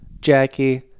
Jackie